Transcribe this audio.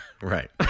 Right